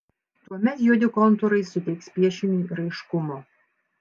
tuomet juodi kontūrai suteiks piešiniui raiškumo